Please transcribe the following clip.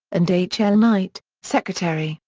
and h. l. knight, secretary,